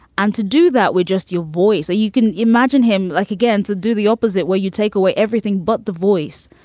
and to do that, we're just your voice. so you can imagine him like again, to do the opposite, where you take away everything but the voice,